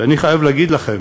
ואני חייב להגיד לכם